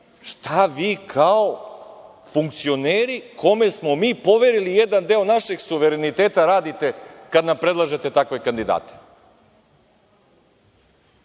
šta vi kao funkcioneri, kojima smo mi poverili jedan deo našeg suvereniteta, radite kad nam predlažete takve kandidate. Isto